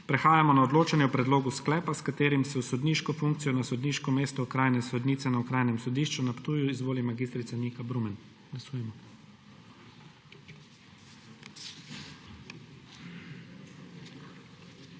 Prehajamo na odločanje o predlogu sklepa, s katerim se v sodniško funkcijo na sodniško mesto okrajne sodnice na Okrajnem sodišču na Ptuju izvoli mag. Nika Brumen. Glasujemo.